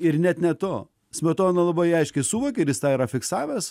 ir net ne to smetona labai aiškiai suvokė ir jis tą yra fiksavęs